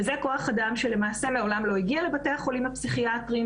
וזה כוח אדם שלמעשה מעולם לא הגיע לבתי החולים הפסיכיאטריים.